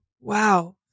Wow